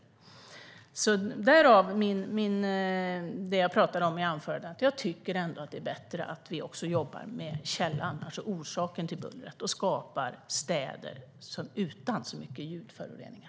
Det var därför som jag pratade om det i anförandet. Jag tycker ändå att det är bättre att vi jobbar med källan, orsaken, till bullret och skapar städer utan så mycket ljudföroreningar.